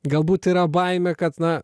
galbūt yra baimė kad na